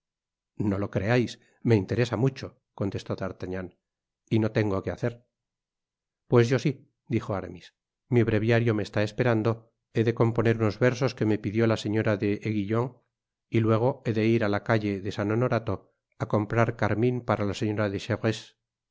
no lo creais me interesa mucho contestó d'artagnan y no tengo que hacer pues yo si dijo aramis mi breviario me está esperando he de componer unos versos que me pidió la señora d'aiguillon y luego he de ir á la calle de san honorato á comprar carmin para la